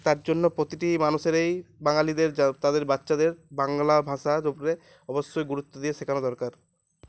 তার জন্য প্রতিটি মানুষেরই বাঙালিদের তাদের বাচ্চাদের বাংলা ভাষার উপরে অবশ্যই গুরুত্ব দিয়ে শেখানো দরকার